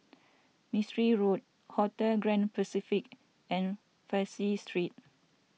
Mistri Road Hotel Grand Pacific and Fraser Street